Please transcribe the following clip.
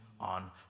on